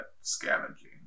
scavenging